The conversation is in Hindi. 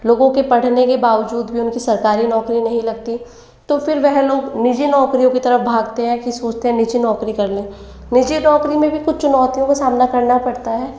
लोगों के पढ़ने के बावजूद भी उनकी सरकारी नौकरी नहीं लगती तो फिर वह लोग निजी नौकरियों की तरफ भागते हैं फिर सोचते हैं निजी नौकरी कर लें निजी नौकरी में भी कुछ चुनौतियों का सामना करना पड़ता है